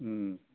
उम्